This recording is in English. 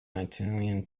italian